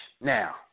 Now